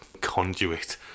conduit